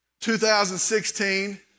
2016